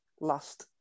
last